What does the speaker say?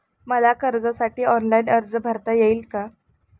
मला कर्जासाठी ऑनलाइन अर्ज भरता येईल का?